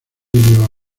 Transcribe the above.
nueva